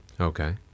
Okay